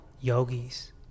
yogis